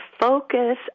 focus